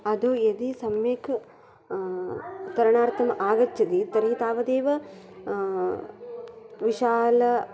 आदौ यदि सम्यक् तरणार्थम् आगच्छति तर्हि तावदेव विशाल